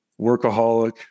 workaholic